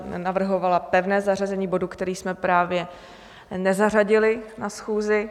Navrhovala pevné zařazení bodu, který jsme právě nezařadili na schůzi.